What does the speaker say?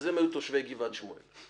אז הם היו תושבי גבעת שמואל.